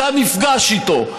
אתה נפגש איתו.